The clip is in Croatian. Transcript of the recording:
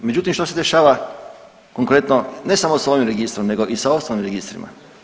Međutim, što se dešava konkretno, ne samo sa ovim Registrom nego i sa ostalim registrima?